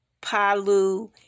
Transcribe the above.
Palu